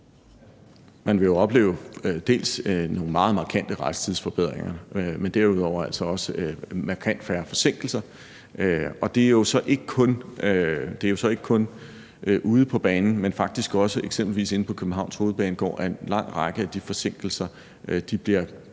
Man vil dels opleve nogle meget markante rejsetidsforbedringer, men derudover altså også markant færre forsinkelser. Det er jo ikke kun ude på banen, men faktisk også eksempelvis inde på Københavns Hovedbanegård, at en lang række af de forsinkelser bliver